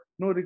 no